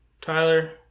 Tyler